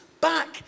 back